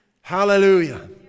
Hallelujah